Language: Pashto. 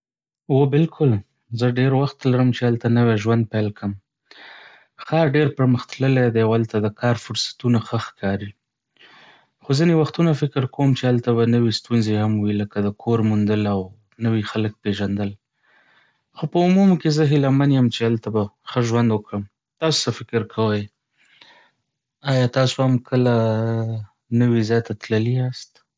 هو، بلکل! زه ډېر وخت لرم چې هلته نوی ژوند پیل کړم. ښار ډېر پرمختللی دی او هلته د کار فرصتونه ښه ښکاري. خو ځینې وختونه فکر کوم چې هلته به نوې ستونزې هم وي، لکه د کور موندل او نوې خلک پېژندل. خو په عموم کې، زه هیله من یم چې هلته به ښه ژوند وکړم. تاسو څه فکر کوئ؟ آیا تاسو هم کله نوي ځای ته تللي یاست؟